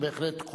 בהחלט,